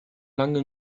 lange